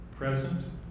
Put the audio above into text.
Present